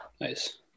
Nice